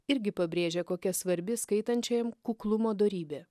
irgi pabrėžė kokia svarbi skaitančiajam kuklumo dorybė